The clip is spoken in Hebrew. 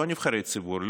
לא נבחרי ציבור,